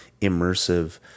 immersive